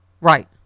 Right